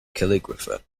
calligrapher